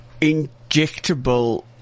injectable